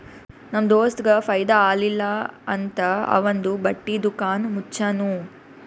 ನಮ್ ದೋಸ್ತಗ್ ಫೈದಾ ಆಲಿಲ್ಲ ಅಂತ್ ಅವಂದು ಬಟ್ಟಿ ದುಕಾನ್ ಮುಚ್ಚನೂ